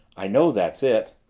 i know that's it.